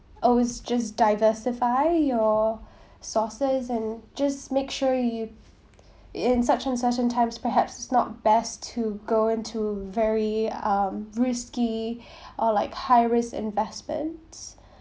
always just diversify your sources and just make sure you in such concession times perhaps not best to go into very um risky or like high risk investments